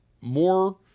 more